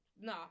no